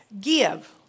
Give